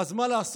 אז מה לעשות,